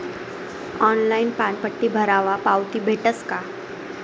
Online पानपट्टी भरावर पावती भेटस का?